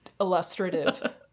illustrative